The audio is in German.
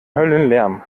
höllenlärm